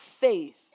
faith